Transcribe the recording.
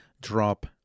drop